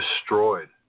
Destroyed